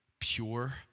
pure